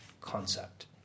concept